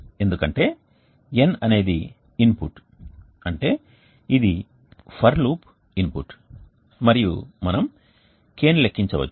ఎందుకంటే N అనేది input అంటే ఇది ఫర్ లూప్ ఇన్పుట్ మరియు మనం kని లెక్కించవచ్చు